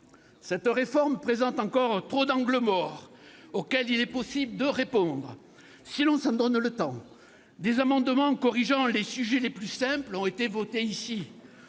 Cette réforme présente encore trop d'angles morts auxquels il est possible de répondre si l'on s'en donne le temps. Des amendements corrigeant les problèmes les plus simples ont été votés ici.